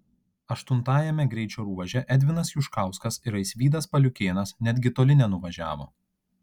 aštuntajame greičio ruože edvinas juškauskas ir aisvydas paliukėnas netgi toli nenuvažiavo